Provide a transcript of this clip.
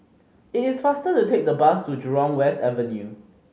it is faster to take the bus to Jurong West Avenue